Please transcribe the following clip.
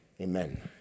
amen